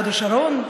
בהוד השרון?